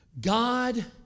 God